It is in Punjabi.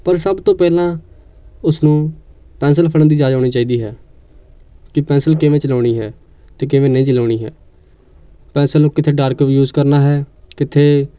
ਪਰ ਸਭ ਤੋਂ ਪਹਿਲਾਂ ਉਸਨੂੰ ਪੈਂਨਸਿਲ ਫੜਨ ਦੀ ਜਾਚ ਹੋਣੀ ਚਾਹੀਦੀ ਹੈ ਕਿ ਪੈਂਨਸਿਲ ਕਿਵੇਂ ਚਲਾਉਣੀ ਹੈ ਅਤੇ ਕਿਵੇਂ ਨਹੀਂ ਚਲਾਉਣੀ ਹੈ ਪੈਂਨਸਿਲ ਨੂੰ ਕਿੱਥੇ ਡਾਰਕ ਯੂਜ਼ ਕਰਨਾ ਹੈ ਕਿੱਥੇ